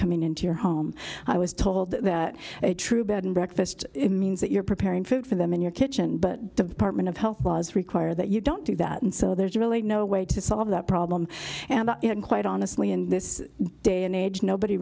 coming into your home i was told that a true bed and breakfast means that you're preparing food for them in your kitchen but department of health laws require that you don't do that and so there's really no way to solve that problem and quite on slee in this day